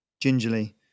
Gingerly